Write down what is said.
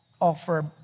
offer